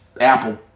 Apple